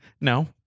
No